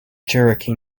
cherokee